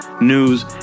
news